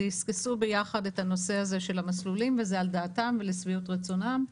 דיסקסו ביחד את הנושא הזה של המסלולים וזה על דעתם ולשביעות רצונם.